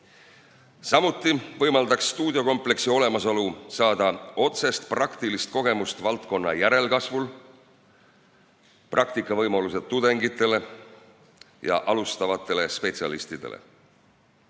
Samuti võimaldaks stuudiokompleks saada otsest praktilist kogemust valdkonna järelkasvul, seal oleks praktikavõimalused tudengitele ja alustavatele spetsialistidele.